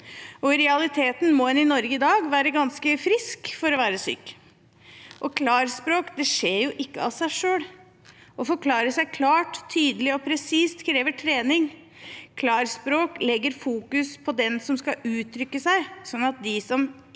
I realiteten må en i Norge i dag være ganske frisk for å være syk. Klarspråk skjer ikke av seg selv. Å forklare seg klart, tydelig og presist krever trening. Klarspråk legger fokuset på den som skal uttrykke seg, sånn at de som ikke